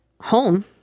home